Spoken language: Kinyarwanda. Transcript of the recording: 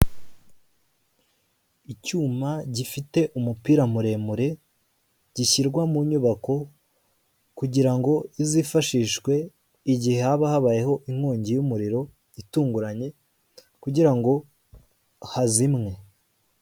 Icyuma gifite umupira muremure gishyirwa mu nyubako kugira ngo kizifashishwe igihe haba habayeho inkongi y'umuriro itunguranye kugira ngo hazimwe.